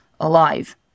alive